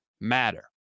matter